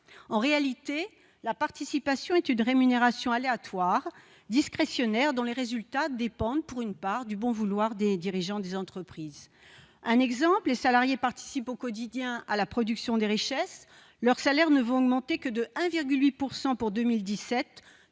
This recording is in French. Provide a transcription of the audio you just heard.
En réalité, la participation est une rémunération aléatoire, discrétionnaire, dont les résultats dépendent du bon vouloir des dirigeants des entreprises. Par exemple, alors que les salariés participent au quotidien à la production des richesses, leurs salaires ne vont augmenter que de 1,8 % en 2017,